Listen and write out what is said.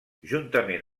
juntament